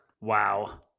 Wow